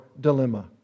dilemma